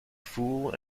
fool